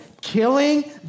Killing